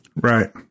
right